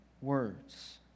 words